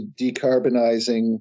decarbonizing